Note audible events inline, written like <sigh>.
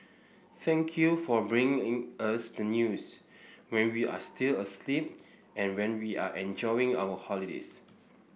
thank you for bringing <unintelligible> us the news when we are still asleep and when we are enjoying our holidays